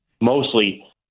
mostly